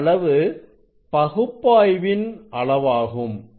இந்த அளவு பகுப்பாய்வின் அளவாகும்